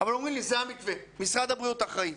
אבל אומרים לי, זה המתווה, משרד הבריאות אחראי.